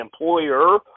employer